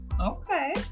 Okay